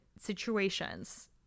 situations